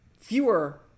fewer